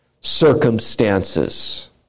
circumstances